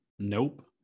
Nope